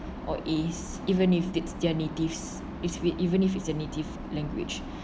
or ace even if it's their natives is we even if it's a native language